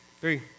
three